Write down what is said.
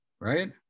right